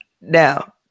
Now